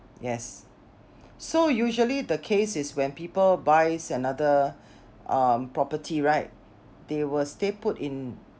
yes so usually the case is when people buys another um property right they will stay put in